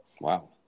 Wow